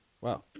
Wow